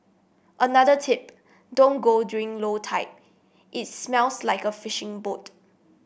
another tip don't go during low tide it smells like a fishing boat